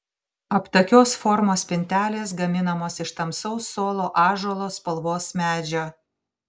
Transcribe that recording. aptakios formos spintelės gaminamos iš tamsaus solo ąžuolo spalvos medžio